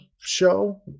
show